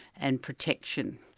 and protection.